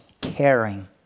caring